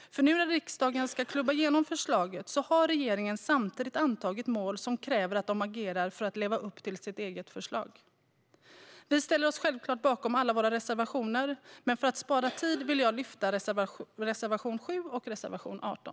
Nu ska riksdagen klubba igenom förslaget, och regeringen har antagit mål som kräver att de agerar för att leva upp till sitt eget förslag. Vi ställer oss självklart bakom alla våra reservationer, men för att spara tid yrkar jag bifall enbart till reservation 7 och reservation 18.